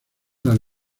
las